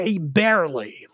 Barely